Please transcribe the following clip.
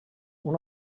una